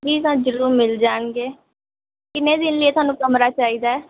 ਜੀ ਜ਼ਰੂਰ ਮਿਲ ਜਾਣਗੇ ਕਿੰਨੇ ਦਿਨ ਲਈ ਤੁਹਾਨੂੰ ਕਮਰਾ ਚਾਹੀਦਾ